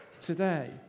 today